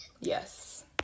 Yes